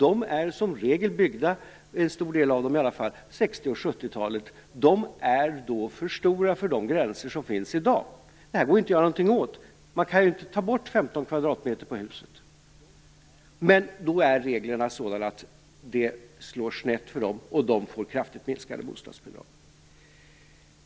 En stor del av dem är byggda under 60 och 70-talen och är för stora enligt de gränser som finns i dag. Detta går ju inte att göra någonting åt. Man kan ju inte ta bort 15 kvadratmeter på ett hus. Reglerna innebär att det slår snett för dessa människor och att de får kraftigt minskade bostadsbidrag.